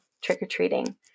trick-or-treating